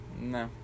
No